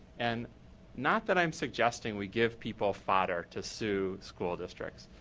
and not that i'm suggesting we give people fodder to sue school districts,